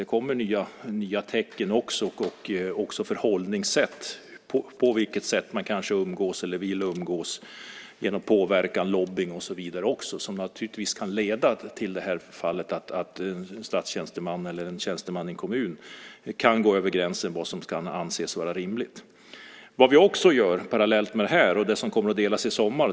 Det kommer också via lobbying nya förhållningssätt när det gäller hur man umgås. Det kan naturligtvis leda till att en statstjänsteman eller en tjänsteman i en kommun kan gå över gränsen för vad som kan anses vara rimligt. Parallellt med detta kommer en departementsskrivelse som kommer att delas i sommar.